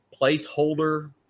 placeholder